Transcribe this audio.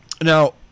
Now